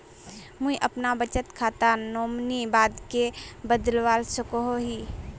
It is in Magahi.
मुई अपना बचत खातार नोमानी बाद के बदलवा सकोहो ही?